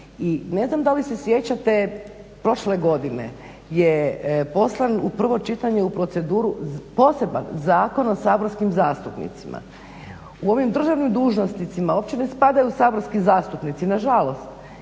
ne znam da li se sjećate prošle godine je poslan u prvo čitanje u proceduru poseban Zakon o saborskim zastupnicima. U ovim državnim dužnosnicima uopće ne spadaju saborski zastupnici, na žalost